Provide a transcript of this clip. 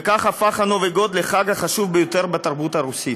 וכך הפך נובי גוד לחג החשוב ביותר בתרבות הרוסית.